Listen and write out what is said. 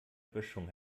böschung